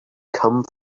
come